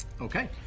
Okay